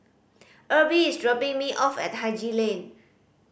Erby is dropping me off at Haji Lane